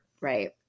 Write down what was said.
right